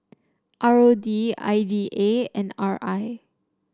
R O D I D A and R I